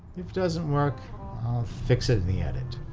it doesn't work, i'll fix it in the edit.